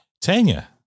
Tanya